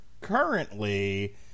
currently